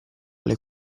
alle